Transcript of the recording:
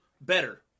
better